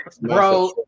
bro